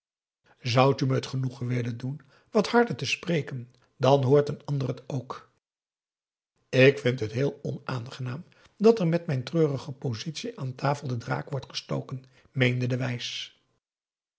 zoudt u me het genoegen willen doen wat harder te spreken dan hoort een ander het ook ik vind het heel onaangenaam dat er met mijn treurige positie aan tafel den draak wordt gestoken meende de wijs